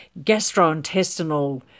gastrointestinal